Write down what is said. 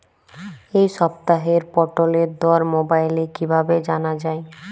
এই সপ্তাহের পটলের দর মোবাইলে কিভাবে জানা যায়?